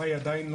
בוודאי.